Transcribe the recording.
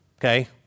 okay